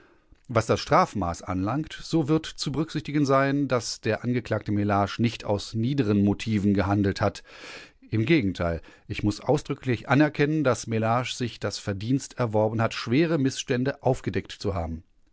was das strafmaß anlangt so wird zu berücksichtigen sein daß der angeklagte mellage nicht aus niederen motiven gehandelt hat im gegenteil ich muß ausdrücklich anerkennen daß mellage sich das verdienst erworben hat schwere mißstande aufgedeckt zu haben